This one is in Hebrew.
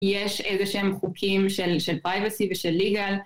יש איזה שהם חוקים של piracy ושל legal